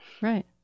Right